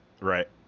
Right